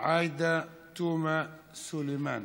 עאידה תומא סלימאן.